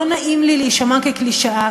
לא נעים לי להישמע כקלישאה,